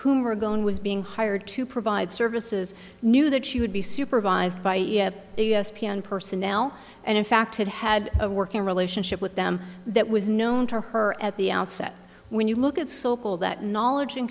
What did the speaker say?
whom we're going was being hired to provide services knew that she would be supervised by e s p n personnel and in fact it had a working relationship with them that was known to her at the outset when you look at sokol that knowledge